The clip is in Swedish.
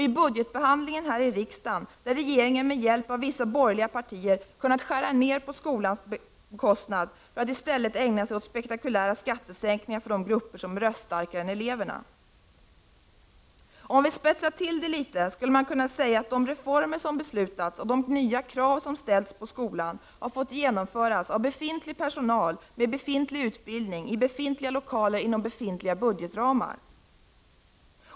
I budgetbehandlingen här i riksdagen har regeringen med hjälp av borgerliga partier kunnat göra nedskärningar på skolans bekostnad för att i stället ägna sig åt spektakulära skattesänkningar för de grupper som är röststarkare än eleverna. För att spetsa till det litet kan man säga att de reformer som har beslutats och de nya krav som har ställts på skolan har fått genomföras av befintlig personal, med befinti:g utbildning, i befintliga lokaler och inom befintliga budgetramar.